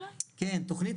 תוכנית